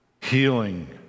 healing